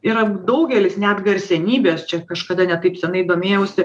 yra daugelis net garsenybės čia kažkada ne taip senai domėjausi